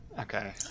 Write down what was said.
okay